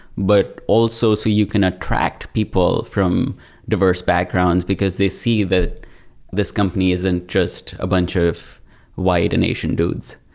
but also so you can attract people from diverse backgrounds, because they see that this company isn't just a bunch of white and asian dudes.